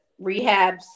rehabs